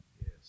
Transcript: Yes